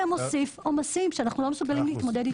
זה מוסיף עומסים שאנחנו לא מסוגלים להתמודד אתם.